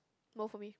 more for me